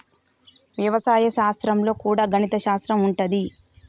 వ్యవసాయ శాస్త్రం లో కూడా గణిత శాస్త్రం ఉంటది